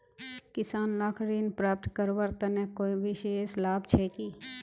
किसान लाक ऋण प्राप्त करवार तने कोई विशेष लाभ छे कि?